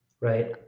right